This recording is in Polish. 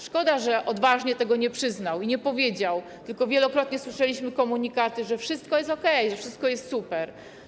Szkoda, że odważnie tego nie przyznał, nie powiedział, tylko wielokrotnie słyszeliśmy komunikaty, że wszystko jest okej, że wszystko jest super.